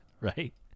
Right